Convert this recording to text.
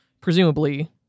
presumably